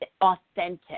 authentic